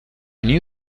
new